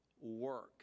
work